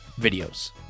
videos